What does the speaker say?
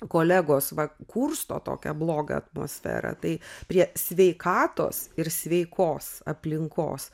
kolegos va kursto tokią blogą atmosferą tai prie sveikatos ir sveikos aplinkos